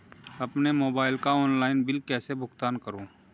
अपने मोबाइल का online bill कैसे भुगतान करूं?